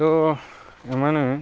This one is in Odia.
ତ ଏମାନେ